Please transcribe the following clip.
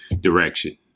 direction